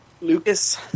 Lucas